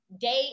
day